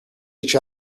each